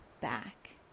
back